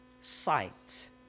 sight